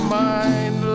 mind